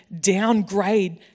downgrade